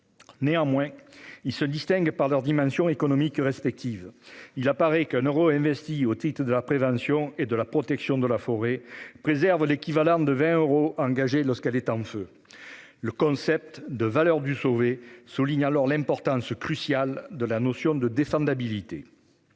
bien qu'ils se distinguent par leur dimension économique respective. En effet, il apparaît que 1 euro investi au titre de la prévention et de la protection de la forêt préserve l'équivalent de 20 euros engagés lorsqu'elle est en feu. Cette approche en termes de « valeur du sauvé » souligne l'importance cruciale de la notion de défendabilité.